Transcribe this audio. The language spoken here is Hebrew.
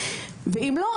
ואם לא,